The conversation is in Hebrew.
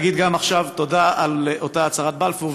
להגיד גם עכשיו תודה על אותה הצהרת בלפור.